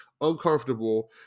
uncomfortable